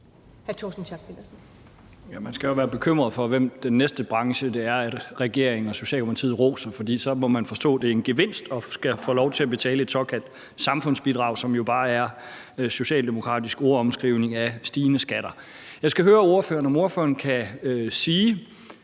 man skal jo være bekymret for, hvad den næste branche, som regeringen og Socialdemokratiet roser, er, for så må man forstå, at det er en gevinst at få lov til at betale et såkaldt samfundsbidrag, som jo bare er en socialdemokratisk ordomskrivning af stigende skatter. Jeg skal høre ordføreren, om han kan sige,